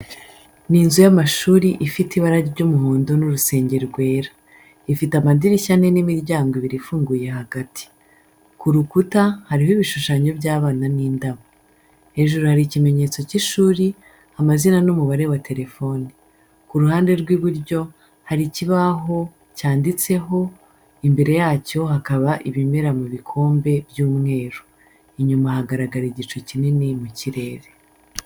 Ni inzu y'amashuri ifite ibara ry’umuhondo n'urusenge rwera. Ifite amadirishya ane n’imiryango ibiri ifunguye hagati. Ku rukuta hariho ibishushanyo by'abana n'indabo. Hejuru hari ikimenyetso cy’ishuri, amazina n’umubare wa telefone. Ku ruhande rw’iburyo hari ikibaho cyanditseho, imbere yacyo hakaba ibimera mu bikombe by’umweru. Inyuma hagaragara igicu kinini mu kirere.